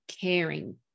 caring